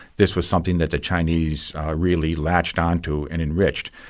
this was something that the chinese really latched on to and enriched.